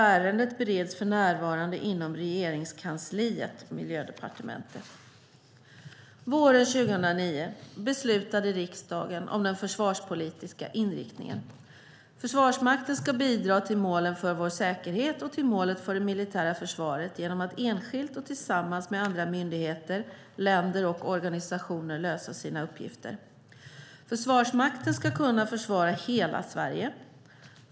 Ärendet bereds för närvarande inom Regeringskansliet, i Miljödepartementet. Våren 2009 beslutade riksdagen om den försvarspolitiska inriktningen. Försvarsmakten ska bidra till målen för vår säkerhet och till målet för det militära försvaret genom att enskilt och tillsammans med andra myndigheter, länder och organisationer lösa sina uppgifter. Försvarsmakten ska kunna försvara hela Sverige.